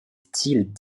styles